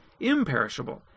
imperishable